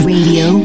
Radio